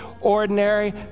ordinary